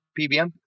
PBM